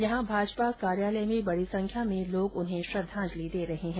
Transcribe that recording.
यहां भाजपा कार्यालय में बडी संख्या में लोग उन्हें श्रद्वाजंलि दे रहे है